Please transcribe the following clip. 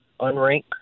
unranked